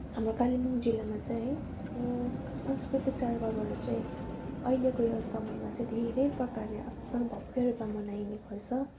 हाम्रो कालिम्पोङ जिल्लामा चाहिँ सांस्कृतिक चाडपर्वहरू चाहिँ अहिलेको यो समयमा चाहिँ धेरै प्रकारले असल भव्य रूपमा मनाइने गर्छन्